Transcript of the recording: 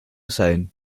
sein